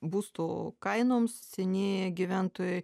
būstų kainoms senieji gyventojai